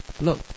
look